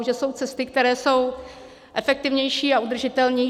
Že jsou cesty, které jsou efektivnější a udržitelnější.